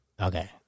Okay